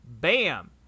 bam